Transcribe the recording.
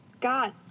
God